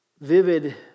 vivid